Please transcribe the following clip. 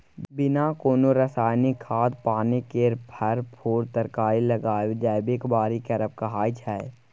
बिना कोनो रासायनिक खाद पानि केर फर, फुल तरकारी लगाएब जैबिक बारी करब कहाइ छै